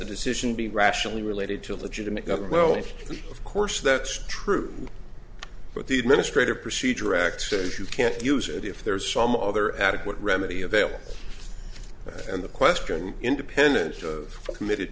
the decision be rationally related to a legitimate government will of course that's true but the administrative procedure act says you can't use it if there is some other adequate remedy available and the question independent of committed